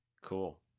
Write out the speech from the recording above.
Cool